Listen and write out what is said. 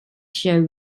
show